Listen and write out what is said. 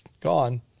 gone